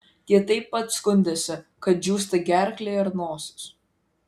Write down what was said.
ji taip pat skundėsi kad džiūsta gerklė ir nosis